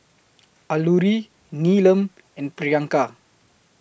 Alluri Neelam and Priyanka